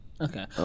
Okay